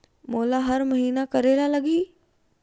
मोला हर महीना करे ल लगही?